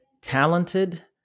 talented